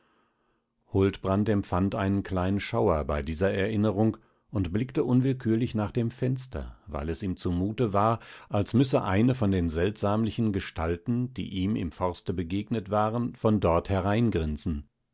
huldbrand empfand einen kleinen schauer bei dieser erinnerung und blickte unwillkürlich nach dem fenster weil es ihm zumute war als müsse eine von den seltsamlichen gestalten die ihm im forste begegnet waren von dort